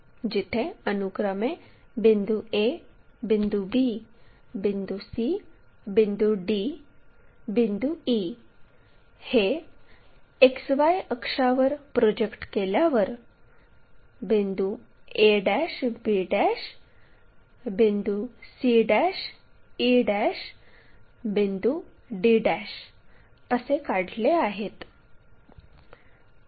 जिथे अनुक्रमे बिंदू a बिंदू b बिंदू c बिंदू d बिंदू e हे XY अक्षावर प्रोजेक्ट केल्यावर बिंदू a b बिंदू c e बिंदू d असे काढले आहेत